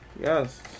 Yes